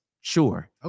Sure